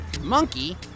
Monkey